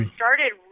started